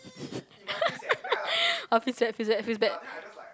oh feels bad feels bad feels bad